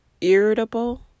irritable